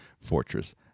Fortress